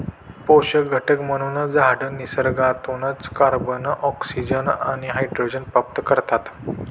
पोषक घटक म्हणून झाडं निसर्गातूनच कार्बन, ऑक्सिजन आणि हायड्रोजन प्राप्त करतात